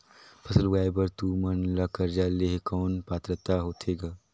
फसल उगाय बर तू मन ला कर्जा लेहे कौन पात्रता होथे ग?